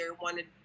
wanted